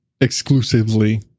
exclusively